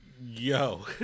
Yo